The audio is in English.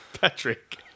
Patrick